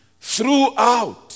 throughout